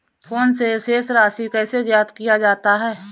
Phone से शेष राशि कैसे ज्ञात किया जाता है?